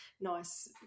nice